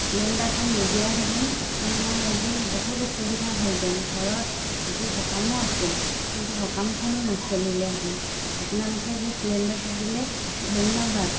চিলিণ্ডাৰটো নিদিয়াহেঁতেন মোৰ আজি বহুত অসুবিধা হ'লহেঁতেন ঘৰত আজি সকামো আছিল কিন্তু সকামখন নচলিলেহেঁতেন আপোনালোকে যে চিলিণ্ডাৰটো দিলে ধন্যবাদ